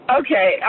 okay